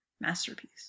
masterpiece